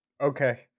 Okay